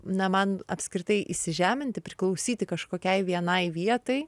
na man apskritai įsižeminti priklausyti kažkokiai vienai vietai